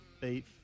beef